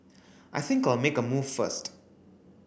I think I'll make a move first